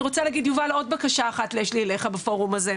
אני רוצה להגיד יובל עוד בקשה אחת שיש לי אליך בפורום הזה,